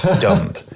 dump